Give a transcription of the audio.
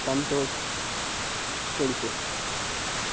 Santosh Paritosh